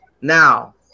now